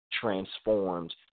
transformed